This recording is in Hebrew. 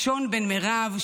שון בן מירב,